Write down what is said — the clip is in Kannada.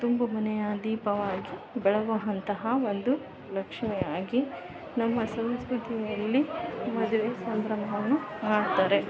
ತುಂಬು ಮನೆಯ ದೀಪವಾಗಿ ಬೆಳಗೋ ಅಂತಹ ಒಂದು ಲಕ್ಷ್ಮಿಯಾಗಿ ನಮ್ಮ ಸಂಸ್ಕೃತಿಯಲ್ಲಿ ಮದುವೆ ಸಂಭ್ರಮವನ್ನು ಮಾಡ್ತಾರೆ